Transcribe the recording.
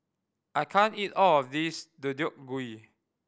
I can't eat all of this Deodeok Gui